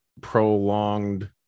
prolonged